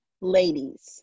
ladies